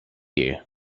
you